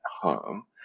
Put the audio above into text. home